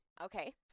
Okay